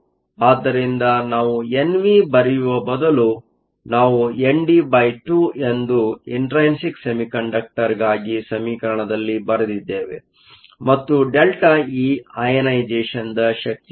ಆದ್ದರಿಂದ ನಾವು ಎನ್ವಿ ಬರೆಯುವ ಬದಲು ನಾವು ND2 ಎಂದು ಇಂಟ್ರೈನ್ಸಿಕ್ ಸೆಮಿಕಂಡಕ್ಟರ್ಗಾಗಿ ಸಮೀಕರಣದಲ್ಲಿ ಬರೆದಿದ್ದೇವೆ ಮತ್ತು ΔE ಅಯನೆಸೇಷ಼ನ್ionizationದ ಶಕ್ತಿಯಾಗಿದೆ